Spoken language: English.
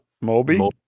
Moby